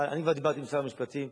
אני כבר דיברתי עם שר המשפטים.